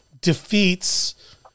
defeats